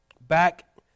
back